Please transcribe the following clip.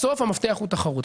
בסוף המפתח הוא תחרות.